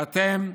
ואתם,